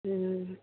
हुँ